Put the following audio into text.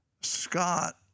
Scott